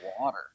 water